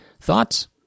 Thoughts